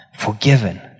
Forgiven